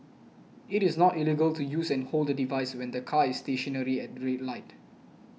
it is not illegal to use and hold a device when the car is stationary at the red light